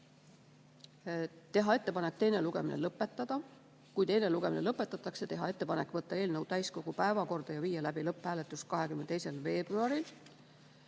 teha ettepanek teine lugemine lõpetada; kui teine lugemine lõpetatakse, teha ettepanek võtta eelnõu täiskogu päevakorda ja viia läbi lõpphääletus 22. veebruaril.